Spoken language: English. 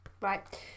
right